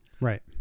Right